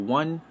one